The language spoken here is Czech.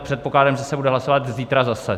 Předpokládám, že se bude hlasovat zítra zase.